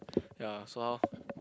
ya so how